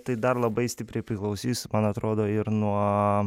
tai dar labai stipriai priklausys man atrodo ir nuo